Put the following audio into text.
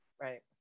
right